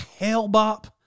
Hellbop